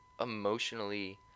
emotionally